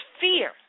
fear